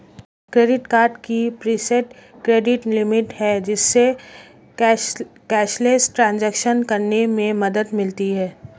credit card की preset credit limit है, जिससे कैशलेस ट्रांज़ैक्शन करने में मदद मिलती है